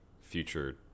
future